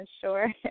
sure